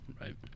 Right